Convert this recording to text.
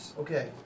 Okay